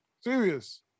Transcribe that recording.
Serious